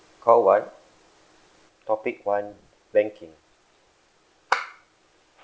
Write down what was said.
call one topic one banking